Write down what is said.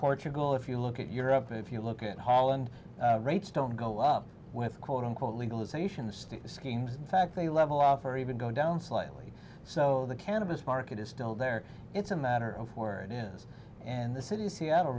portugal if you look at europe and if you look at holland rates don't go up with quote unquote legalization the state schemes fact they level off or even go down slightly so the cannabis market is still there it's a matter of where it is and the city of seattle